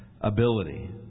ability